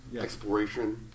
Exploration